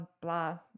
blah